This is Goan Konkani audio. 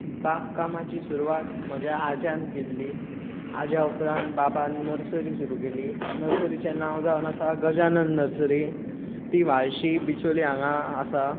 बाग कामाची सुरवात म्हज्या आज्यान केल्ली आज्या उपरांत बाबान नर्सरी सुरू केली नर्सरीचें नांव जावन आसा गजानन नर्सरी ती व्हाळशी बिचोले हांगा आसा